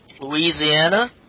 Louisiana